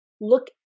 look